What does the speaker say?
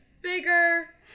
bigger